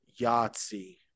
Yahtzee